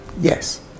Yes